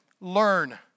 learn